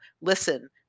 listen